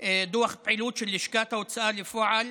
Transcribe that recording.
פעילות של לשכת ההוצאה לפועל,